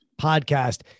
podcast